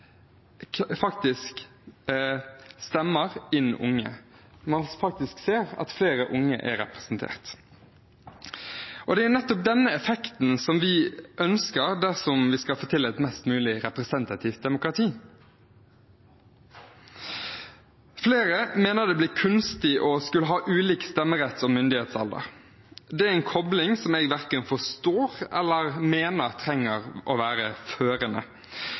flere unge er representert. Det er nettopp denne effekten vi ønsker dersom vi skal få til et mest mulig representativt demokrati. Flere mener det blir kunstig å skulle ha ulik stemmeretts- og myndighetsalder. Det er en kobling jeg verken forstår eller mener trenger å være førende,